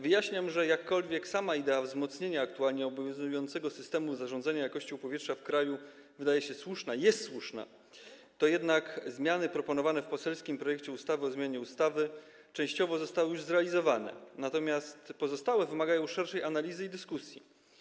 Wyjaśniam, że jakkolwiek sama idea wzmocnienia aktualnie obowiązującego systemu zarządzenia jakością powietrza w kraju wydaje się słuszna i jest słuszna, to jednak zmiany proponowane w poselskim projekcie ustawy częściowo zostały już zrealizowane, natomiast pozostałe wymagają szerszej analizy i dyskusji.